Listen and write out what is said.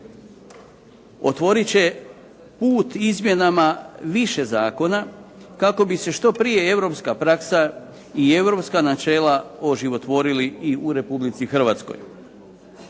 otvorit će put izmjenama više zakona kako bi se što prije europska praksa i europska načela oživotvorili i u Republici Hrvatskoj.